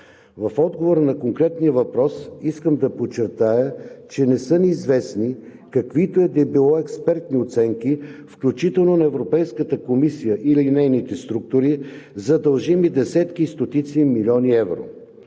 в отговор на конкретния въпрос искам да подчертая, че не са ни известни каквито и да било експертни оценки, включително на Европейската комисия или нейни структури, за дължими десетки и стотици милиони евро.